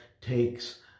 takes